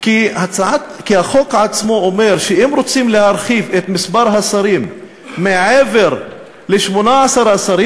כי החוק עצמו אומר שאם רוצים להרחיב את מספר השרים מעבר ל-18 השרים,